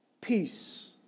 Peace